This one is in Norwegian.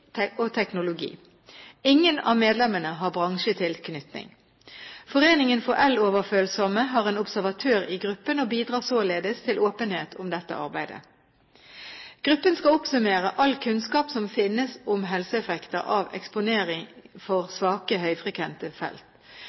og teknologi. Ingen av medlemmene har bransjetilknytning. Foreningen for el-overfølsomme har en observatør i gruppen og bidrar således til åpenhet om dette arbeidet. Gruppen skal oppsummere all kunnskap som finnes om helseeffekter av eksponering for svake høyfrekvente felt.